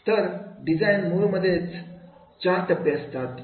तर डिझाईन मध्ये मुळतः चार टप्पे असतात